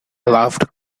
laughed